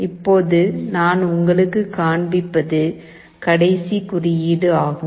இப்போது நான் உங்களுக்குக் காண்பிப்பது கடைசி குறியீடாகும்